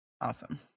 Awesome